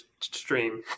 stream